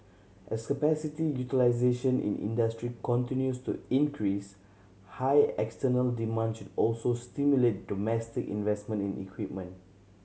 as capacity utilisation in industry continues to increase high external demand should also stimulate domestic investment in equipment